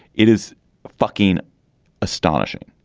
it is fucking astonishing.